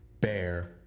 bear